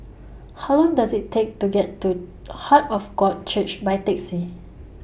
How Long Does IT Take to get to Heart of God Church By Taxi